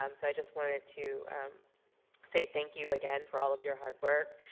um so i just wanted to say thank you again for all of your hard work.